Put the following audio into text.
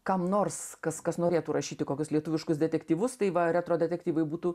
kam nors kas kas norėtų rašyti kokius lietuviškus detektyvus tai va retro detektyvui būtų